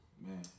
Man